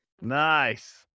Nice